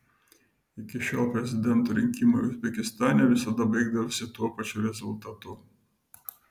iki šiol prezidento rinkimai uzbekistane visada baigdavosi tuo pačiu rezultatu